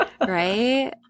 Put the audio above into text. Right